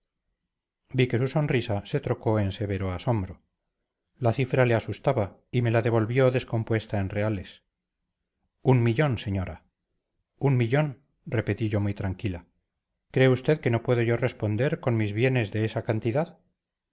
que su sonrisa se trocó en severo asombro la cifra le asustaba y me la devolvió descompuesta en reales un millón señora un millón repetí yo muy tranquila cree usted que no puedo yo responder con mis bienes de esa cantidad